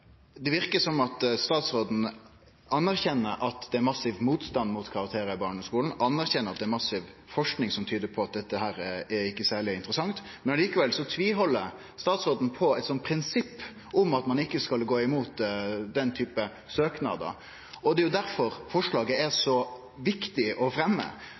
Det verkar som at statsråden godkjenner at det er massiv motstand mot karakterar i barneskolen, og at det er massiv forsking som tydar på at dette ikkje er særleg interessant, men likevel tviheld statsråden på eit prinsipp om at ein ikkje skal gå imot den typen søknader. Det er derfor forslaget er så viktig å